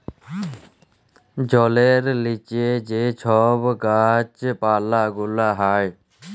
জলের লিচে যে ছব গাহাচ পালা গুলা হ্যয়